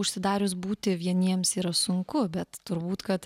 užsidarius būti vieniems yra sunku bet turbūt kad